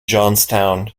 johnstown